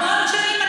המון שנים.